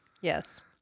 Yes